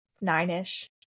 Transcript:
nine-ish